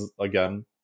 again